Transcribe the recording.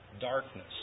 darkness